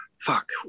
fuck